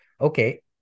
Okay